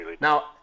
Now